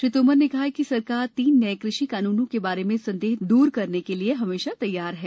श्री तोमर ने कहा कि सरकार तीन नए कृषि कानूनों के बारे में संदेह दूर करने के लिए तैयार है